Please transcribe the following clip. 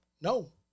No